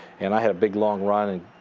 and i had a big, long run, and